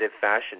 fashion